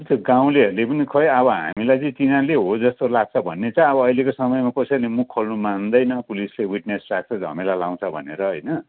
हुन्छ गाउँलेहरूले पनि खोइ अब हामीलाई चाहिँ तिनीहरूले हो जस्तो लाग्छ भन्नेछ अब अहिले समयमा कसैले मुख खोल्नु मान्दैन पुलिसले विट्नेस राख्छ झमला लाउँछ भनेर होइन